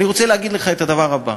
אני רוצה להגיד לך את הדבר הבא: